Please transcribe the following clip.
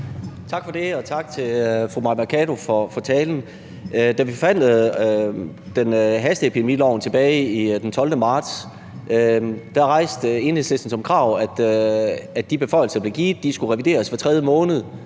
Tak for det. Og tak til fru Mai Mercado for talen. Da vi forhandlede hasteepidemiloven tilbage i marts, den 12. marts, rejste Enhedslisten som krav, at de beføjelser, der blev givet, skulle revideres hver tredje måned